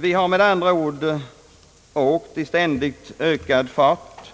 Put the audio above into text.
Vi har med andra ord åkt i ständigt ökad fart